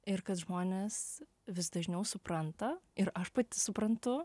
ir kad žmonės vis dažniau supranta ir aš pati suprantu